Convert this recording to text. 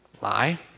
lie